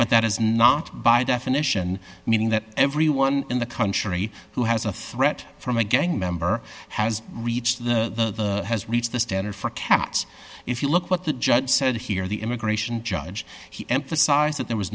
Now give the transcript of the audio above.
but that is not by definition meaning that everyone in the country who has a threat from a gang member has reached the has reach the standard for cats if you look at what the judge said here the immigration judge he emphasized that there was